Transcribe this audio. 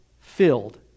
filled